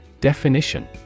Definition